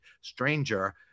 Stranger